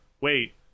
wait